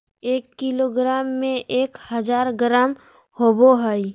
एक किलोग्राम में एक हजार ग्राम होबो हइ